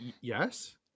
Yes